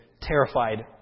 terrified